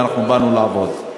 ואנחנו באנו לעבוד.